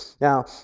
Now